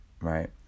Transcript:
right